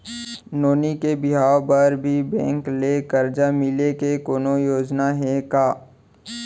नोनी के बिहाव बर भी बैंक ले करजा मिले के कोनो योजना हे का?